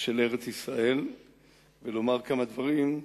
של ארץ-ישראל ולומר כמה דברים,